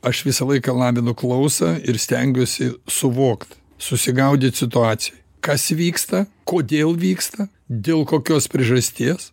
aš visą laiką lavinu klausą ir stengiuosi suvokt susigaudyt situacijoj kas vyksta kodėl vyksta dėl kokios priežasties